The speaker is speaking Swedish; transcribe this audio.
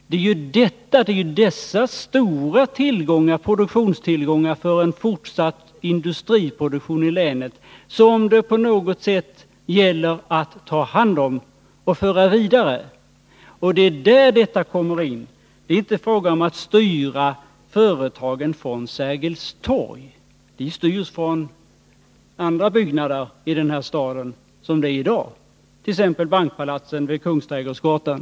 Det är ju dessa stora tillgångar för en fortsatt industriproduktion i länet som det gäller att på något sätt ta hand om och föra vidare. Det är där lönsamheten kommer in i bilden. Det är inte fråga om att styra företagen från Sergels torg, men som det är i dag styrs de ju från andra byggnader i den här staden, t.ex. från bankpalatsen vid Kungsträdgårdsgatan.